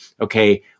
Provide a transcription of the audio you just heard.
okay